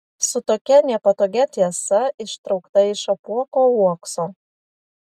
su tokia nepatogia tiesa ištraukta iš apuoko uokso